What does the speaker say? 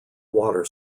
water